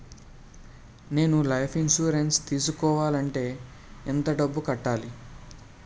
నేను life insurance scheme తీసుకోవాలంటే ఎంత డబ్బు కట్టాలి?